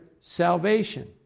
salvation